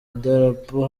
idarapo